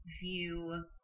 view